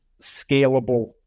scalable